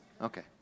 Okay